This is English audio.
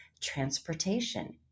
transportation